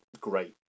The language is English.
great